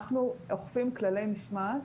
אנחנו אוכפים כללי משמעת,